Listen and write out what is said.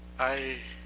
i,